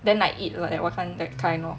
then I eat like what kind of that kind lor